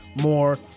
more